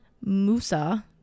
Musa